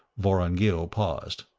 vorongil paused.